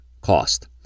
cost